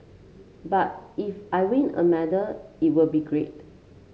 but if I win a medal it will be great